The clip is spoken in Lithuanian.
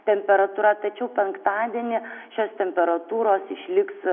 temperatūra tačiau penktadienį šios temperatūros išliks